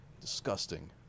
disgusting